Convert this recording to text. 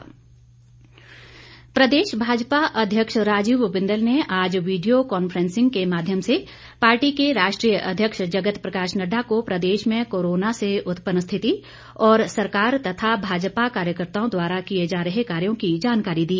बिंदल प्रदेश भाजपा अध्यक्ष राजीव बिंदल ने आज वीडियो कांफेंसिंग के माध्यम से पार्टी के राष्ट्रीय अध्यक्ष जगत प्रकाश नड़डा को प्रदेश में कोरोना से उत्पन्न स्थिति और सरकार और भाजपा कार्यकर्ताओं द्वारा किए जा रहे कार्यों की जानकारी दी